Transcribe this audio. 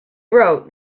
wrote